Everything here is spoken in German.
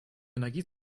energie